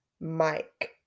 Mike